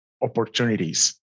opportunities